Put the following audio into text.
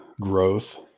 growth